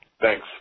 Thanks